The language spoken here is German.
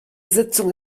sitzung